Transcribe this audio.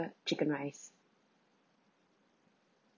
chicken rice